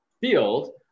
field